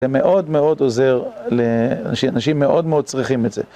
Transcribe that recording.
זה מאוד מאוד עוזר, אנשים מאוד מאוד צריכים את זה.